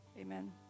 amen